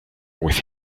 with